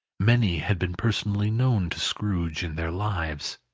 many had been personally known to scrooge in their lives.